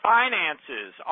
finances